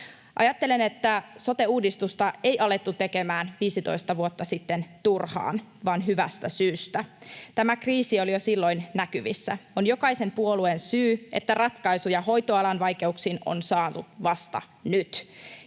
Ajattelen, että sote-uudistusta ei alettu tekemään 15 vuotta sitten turhaan vaan hyvästä syystä. Tämä kriisi oli jo silloin näkyvissä. On jokaisen puolueen syy, että ratkaisuja hoitoalan vaikeuksiin on saatu vasta nyt